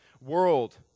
world